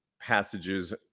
passages